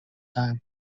time